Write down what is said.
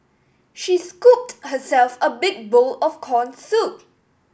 she scooped herself a big bowl of corn soup